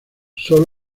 sólo